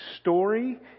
story